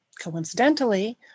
coincidentally